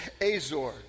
azor